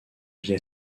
via